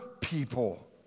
people